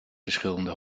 verschillende